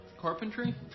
Carpentry